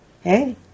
Hey